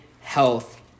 health